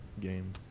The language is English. game